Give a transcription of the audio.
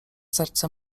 serce